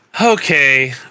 Okay